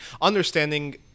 understanding